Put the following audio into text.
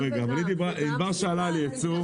אבל ענבר שאלה על ייצוא.